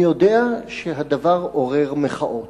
אני יודע שהדבר עורר מחאות,